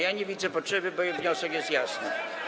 Ja nie widzę potrzeby, bo wniosek jest jasny.